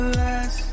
last